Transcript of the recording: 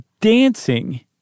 dancing